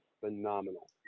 phenomenal